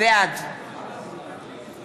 בעד